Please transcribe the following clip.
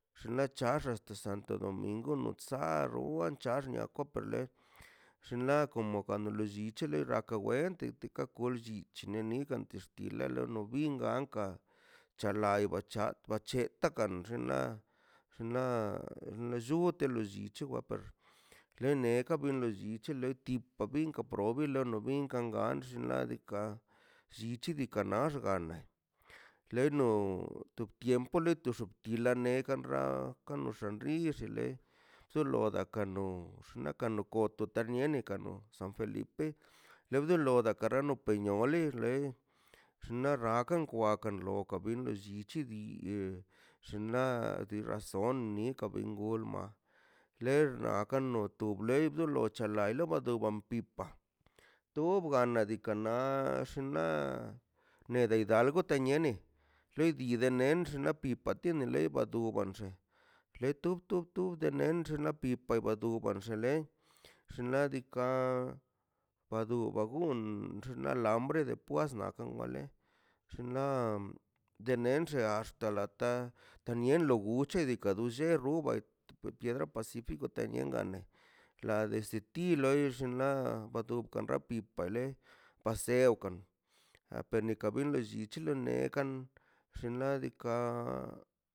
Xnaꞌ char axta santo domingkw norsaro lowar cha axnika kolei xinla komo kom te lo llichiri rap diikaꞌ wa lluu paka llich pachita pachau lo lonia lo de waka llichile la lo chi mi chumbroi le perseo kan gur ka ta la na tai la lluu ora xnaꞌ diikaꞌ wana lux lo despues xle na tu ka ta wai ma le sero kan tup tup na xnaꞌ diikaꞌ llichi dola samtetio ka axkan xan le le rrunka lli xnaꞌ diikaꞌ artakan lli la mieti la rron da goncho tejer loini to wa ser lor o chume loi leni wa ax c̱he to tu familia tengwona na komo na novio lewan le gan dex agua di kanrtio nedika ka xax tip ka xaxei lei rene ka glabio gala la dio glabio tilo lo gan lo paxaxze newa kan tio par florero nada nan xassieꞌ nadikaꞌ per unlle wan diikaꞌ kandelero wa diikaꞌn barsera lo di lo wan den ti kare lo do wan tin ka melo ni nekan mawan lekan pa tia nadikaꞌ karna rraka gan saco no lex xnaꞌ diikaꞌ despues la espuerla na kan gakan le chu le wax xpaḻe niadika loi nei lo llichi nun ka nekan bia na netux naxtikan lo lo karax lo ba blixi paseo kan a pena ka veo llin llichili neka kan xinladika